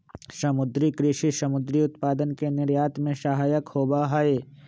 समुद्री कृषि समुद्री उत्पादन के निर्यात में सहायक होबा हई